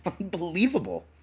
unbelievable